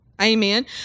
amen